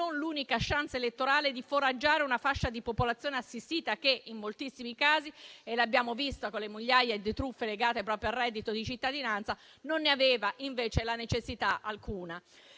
l'unica *chance* elettorale di foraggiare una fascia di popolazione assistita che, in moltissimi casi - l'abbiamo visto con le migliaia di truffe legate proprio al reddito di cittadinanza - non ne aveva, invece, alcuna necessità.